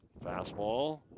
Fastball